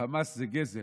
"חמס" זה גזל,